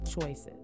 choices